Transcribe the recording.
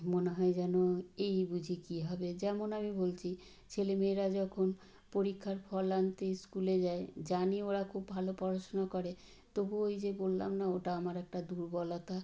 মনে হয় যেন এই বুঝি কী হবে যেমন আমি বলছি ছেলে মেয়েরা যখন পরীক্ষার ফল আনতে স্কুলে যায় জানি ওরা খুব ভালো পড়াশুনো করে তবু ওই যে বললাম না ওটা আমার একটা দুর্বলতা